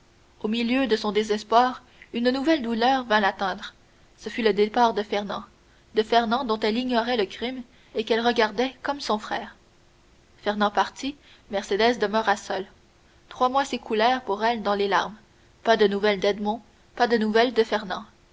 au milieu de son désespoir une nouvelle douleur vint l'atteindre ce fut le départ de fernand de fernand dont elle ignorait le crime et qu'elle regardait comme son frère fernand partit mercédès demeura seule trois mois s'écoulèrent pour elle dans les larmes pas de nouvelles d'edmond pas de nouvelles de fernand